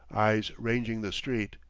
eyes ranging the street.